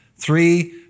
Three